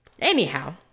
anyhow